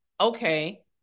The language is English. okay